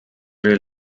rail